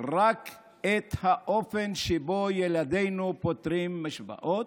רק את האופן שבו ילדינו פותרים משוואות?